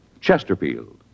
Chesterfield